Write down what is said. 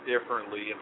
differently